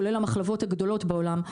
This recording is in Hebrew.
כולל המחלבות הגדולות בעולם,